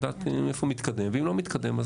לדעת איפה מתקדם ואם לא מתקדם,